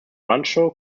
rancho